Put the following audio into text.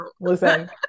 listen